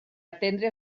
atendre